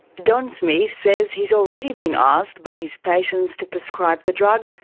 don smith says he's already been asked by his patients to prescribe the drug,